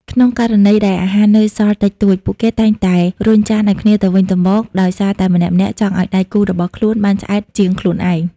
ក្នុងករណីដែលអាហារនៅសល់តិចតួច ពួកគេតែងតែរុញចានឱ្យគ្នាទៅវិញទៅមក ដោយសារតែម្នាក់ៗចង់ឱ្យដៃគូរបស់ខ្លួនបានឆ្អែតជាងខ្លួនឯង។